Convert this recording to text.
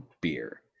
beer